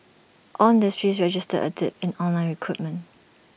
all industries registered A dip in online recruitment